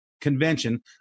convention